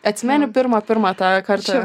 atsimeni pirmą pirmą tą kartą